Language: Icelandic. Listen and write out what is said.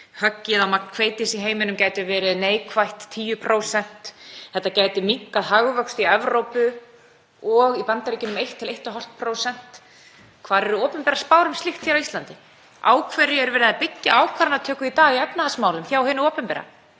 höggið á magn hveitis í heiminum gæti verið neikvætt um 10%. Þetta gæti minnkað hagvöxt í Evrópu og í Bandaríkjunum um 1–1,5%. Hvar eru opinberar spár um slíkt hér á Íslandi? Á hverju er verið að byggja ákvarðanatöku í dag í efnahagsmálum hjá hinu opinbera?